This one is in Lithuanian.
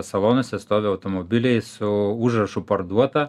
salonuose stovi automobiliai su užrašu parduota